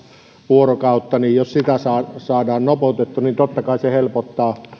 vuorokautta niin jos sitä saadaan nopeutettua niin totta kai se helpottaa